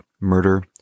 murder